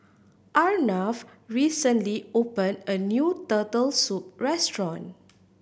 Arnav recently opened a new Turtle Soup restaurant